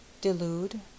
delude